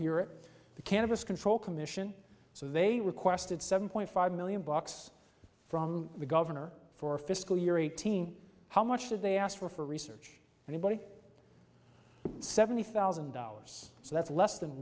hear it the cannabis control commission so they requested seven point five million bucks from the gov for fiscal year eighteen how much did they ask for for research and body seventy thousand dollars so that's less than